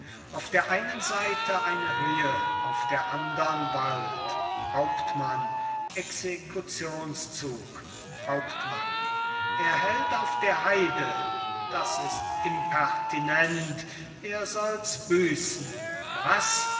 auf der einen seite eine höhe auf der andern wald hauptmann exekutionszug hauptmann er hält auf der heide das ist impertinent er soll's büßen was